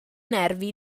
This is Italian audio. nervi